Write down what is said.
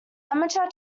amateur